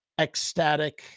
ecstatic